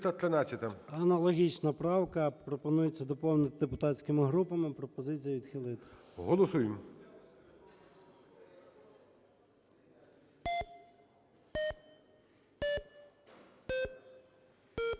Аналогічна правка. Пропонується доповнити "депутатськими групами". Пропозиція відхилити. ГОЛОВУЮЧИЙ.